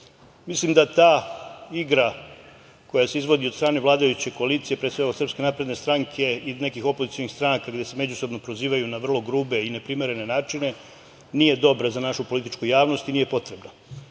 Mislim da ta igra koja se izvodi od strane vladajuće koalicije, pre svega od SNS i nekih opozicionih stranaka koje se međusobno prozivaju na vrlo grupe i neprimerene načine, nije dobra za našu političku javnost i nije potrebna.